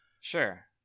Sure